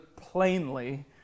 plainly